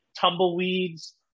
tumbleweeds